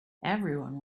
everyone